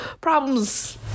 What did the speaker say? problems